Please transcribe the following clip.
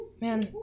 Man